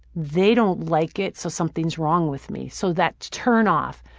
they don't like it, so something's wrong with me. so that turn off.